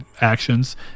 actions